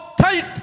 tight